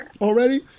already